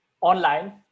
online